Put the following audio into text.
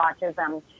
autism